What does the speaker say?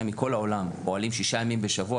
מכל העולם פועלים שישה ימים בשבוע,